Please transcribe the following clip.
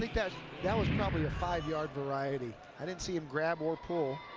think that that was probably a five yard variety. i didn't see him grab or pull.